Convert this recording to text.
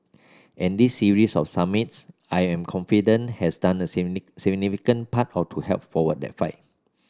and this series of summits I am confident has done a significant part how to help for what they fight